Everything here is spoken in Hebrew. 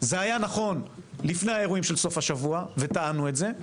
זה היה נכון לפני האירועים של סוף השבוע וטענו את זה,